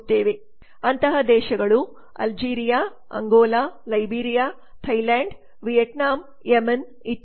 ಅಂತಹ ದೇಶಗಳುಗಳು Algeria Angola Liberia Thailand Vietnam Yemen ಇತ್ಯಾದಿ